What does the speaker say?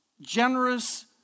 generous